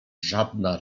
żadna